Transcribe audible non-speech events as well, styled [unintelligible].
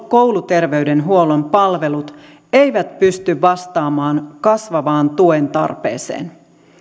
[unintelligible] kouluterveydenhuollon palvelut eivät pysty vastaamaan kasvavaan tuen tarpeeseen